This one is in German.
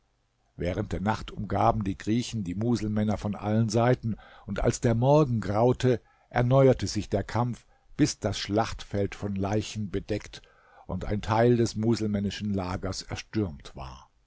während der nacht umgaben die griechen die muselmänner von allen seiten und als der morgen graute erneuerte sich der kampf bis das schlachtfeld von leichen bedeckt und ein teil des muselmännischen lagers erstürmt war